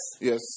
Yes